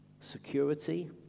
Security